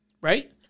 right